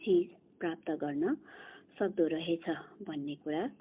चिज प्राप्त गर्न सक्दो रहेछ भन्ने कुरा